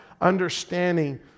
understanding